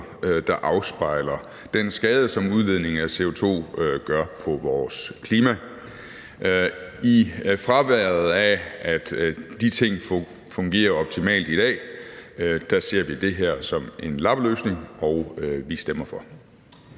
der afspejler den skade, som udledningen af CO2 gør på vores klima. I fraværet af, at de ting fungerer optimalt i dag, ser vi det her som en lappeløsning, og vi stemmer for.